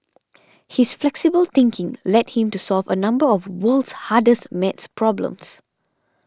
his flexible thinking led him to solve a number of world's hardest math problems